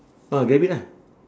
ah grab it lah